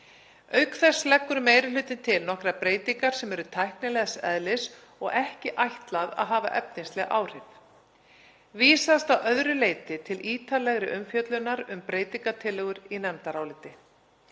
Auk þess leggur meiri hlutinn til nokkrar breytingar sem eru tæknilegs eðlis og ekki ætlað að hafa efnisleg áhrif. Vísast að öðru leyti til ítarlegri umfjöllunar um breytingartillögur í nefndaráliti.